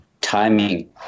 timing